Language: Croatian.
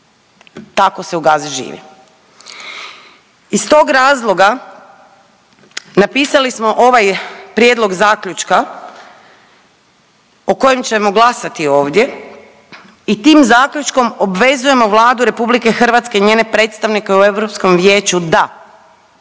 Tako se u Gazi živi. Iz tog razloga napisali smo ovaj prijedlog zaključka o kojem ćemo glasati ovdje i tim zaključkom obvezujemo Vladu RH, njene predstavnike u Europskom vijeću da